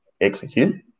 execute